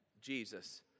Jesus